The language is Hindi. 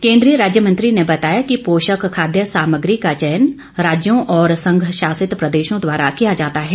केंद्रीय राज्य मंत्री ने बताया कि पोषक खाद्य सामग्री का चयन राज्यों और संघ शासित प्रदेशों द्वारा किया जाता है